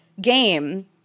game